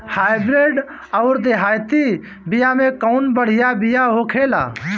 Hybrid अउर देहाती बिया मे कउन बढ़िया बिया होखेला?